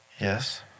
Yes